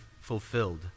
fulfilled